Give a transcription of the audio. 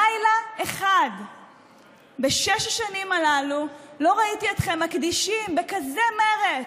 לילה אחד בשש השנים הללו לא ראיתי אתכם מקדישים בכזה מרץ,